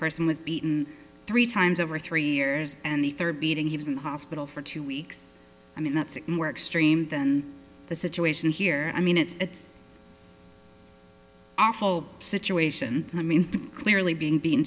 person was beaten three times over three years and the third beating he was in the hospital for two weeks i mean that's more extreme than the situation here i mean it's awful situation i mean clearly being being